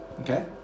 Okay